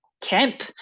camp